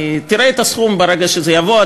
תראה את הסכום ברגע שזה יבוא.